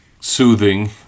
soothing